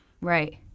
right